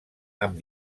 amb